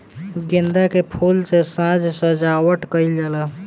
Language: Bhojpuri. गेंदा के फूल से साज सज्जावट कईल जाला